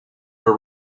for